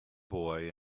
boy